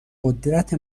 قدرت